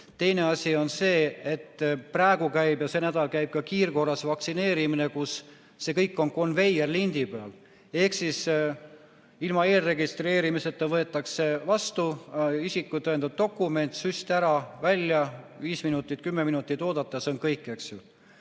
Teine asi on see, et praegu käib ja ka sel nädalal käib kiirkorras vaktsineerimine, kus see kõik on konveierlindi peal. Ehk ilma eelregistreerimiseta võetakse inimene vastu, isikut tõendav dokument, süst ära, välja, viis või kümme minutit oodata, see on kõik, eks ju.